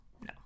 no